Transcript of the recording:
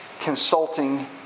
consulting